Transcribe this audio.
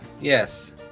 Yes